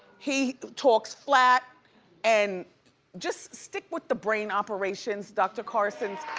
he talks flat and just stick with the brain operations, dr. carson.